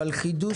אבל חידוש